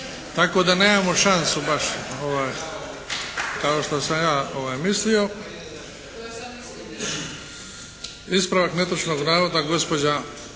tako da nemamo šansu baš kao što sam ja mislio. Ispravak netočnog navoda gospođa